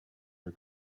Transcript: her